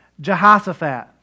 jehoshaphat